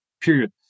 period